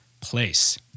place